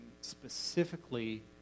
specifically